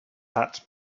that